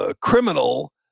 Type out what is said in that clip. criminal